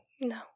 No